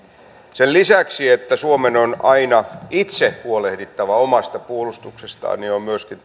sen lisäksi että suomen on aina itse huolehdittava omasta puolustuksestaan on myöskin